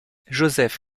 joseph